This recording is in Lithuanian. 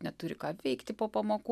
neturi ką veikti po pamokų